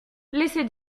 laisser